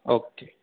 okay